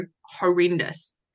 horrendous